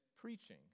preaching